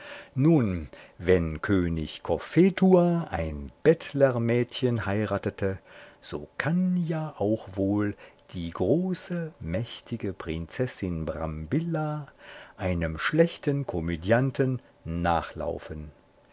nun wenn könig cophetua ein bettlermädchen heiratete so kann ja auch wohl die große mächtige prinzessin brambilla einem schlechten komödianten nachlaufen